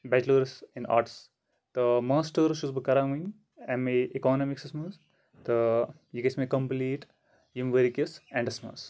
bachelors in arts تہٕ masters چھُس بہٕ کران ایم اے اکانمکسس منٛز تہٕ یہِ گژھِ مےٚ کَمپٕلیٖٹ ییٚمہِ ؤرۍ یہِ کِس اینٛڈس منٛز